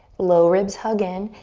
low ribs hug in,